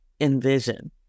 envision